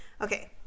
okay